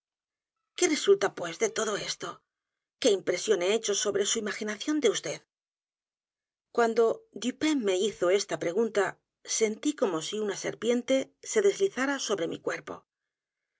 qué resulta pues de todo esto qué impresión he hecho sobre su imaginación de vd cuando dupin me hizo esta pregunta sentí como si una serpiente se deslizara sobre mi cuerpo